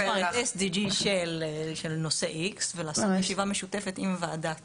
אני מחכה לדיון המסגרת כדי גם לרענן את